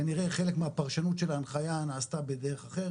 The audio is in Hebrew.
כנראה חלק מהפרשנות של ההנחיה נעשתה בדרך אחרת,